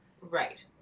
right